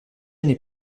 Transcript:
n’est